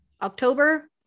October